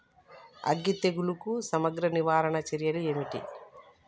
అగ్గి తెగులుకు సమగ్ర నివారణ చర్యలు ఏంటివి?